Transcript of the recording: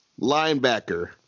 linebacker